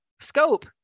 scope